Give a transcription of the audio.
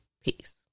peace